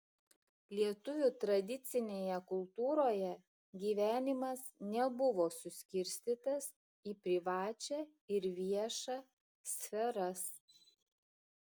lietuvių tradicinėje kultūroje gyvenimas nebuvo suskirstytas į privačią ir viešą sferas